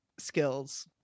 skills